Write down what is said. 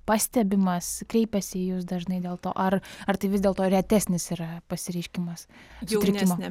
pastebimas kreipiasi į jus dažnai dėl to ar ar tai vis dėlto retesnis yra pasireiškimas sutrikimo